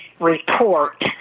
report